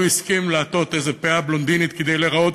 הסכים לעטות איזו פאה בלונדינית כדי להיראות